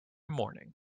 morning